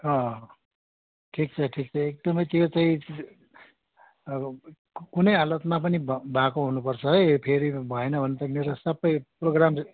अँ ठिक छ ठिक छ एकदमै त्यो चाहिँ अब कुनै हालतमा पनि भ भएको हुनुपर्छ है फेरि भएन भने त मेरो सबै प्रोग्राम